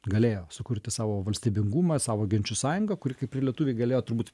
galėjo sukurti savo valstybingumą savo genčių sąjungą kuri kaip ir lietuviai galėjo turbūt